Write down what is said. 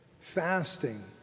fasting